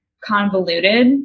convoluted